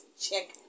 check